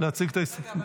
להציג את ההסתייגויות?